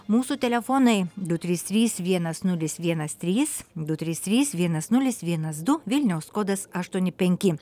mūsų telefonai du trys trys vienas nulis vienas trys du trys trys vienas nulis vienas du vilniaus kodas aštuoni penki